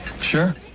Sure